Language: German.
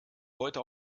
heute